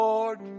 Lord